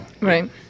Right